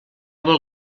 vol